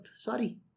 Sorry